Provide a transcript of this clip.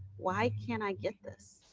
why can't i get this?